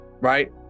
right